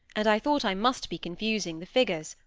and i thought i must be confusing the figures,